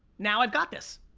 now i've got this.